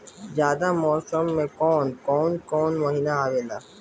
जायद मौसम में कौन कउन कउन महीना आवेला?